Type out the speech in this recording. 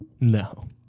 No